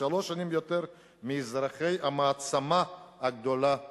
ושלוש שנים יותר מאזרחי המעצמה הגדולה בעולם,